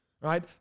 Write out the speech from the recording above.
right